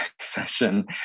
session